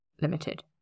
Limited